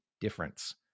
difference